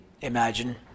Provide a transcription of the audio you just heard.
Imagine